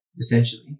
essentially